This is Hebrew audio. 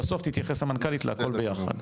ובסוף המנכ"לית תתייחס לכול ביחד.